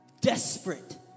desperate